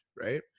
right